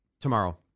tomorrow